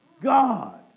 God